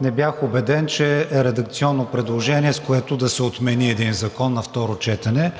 не бях убеден, че редакционно е предложение, с което да се отмени един закон на второ четене.